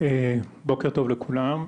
בוקר טוב לכולם,